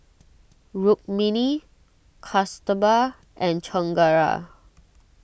Rukmini Kasturba and Chengara